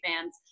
fans